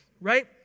right